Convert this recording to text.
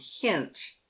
hint